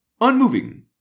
unmoving